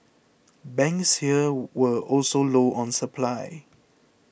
banks here were also low on supply